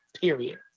period